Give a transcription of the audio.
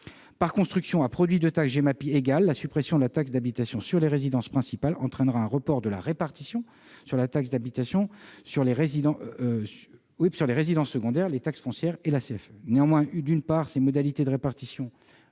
Par construction, à produit de taxe Gemapi égal, la suppression de la taxe d'habitation sur les résidences principales entraînera un report de la répartition sur la taxe d'habitation sur les résidences secondaires, les taxes foncières et la CFE. Néanmoins, d'une part, ces modalités de répartition